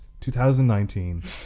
2019